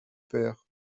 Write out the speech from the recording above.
père